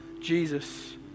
Jesus